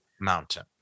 mountain